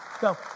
Go